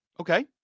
Okay